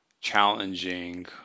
challenging